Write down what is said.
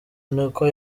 niko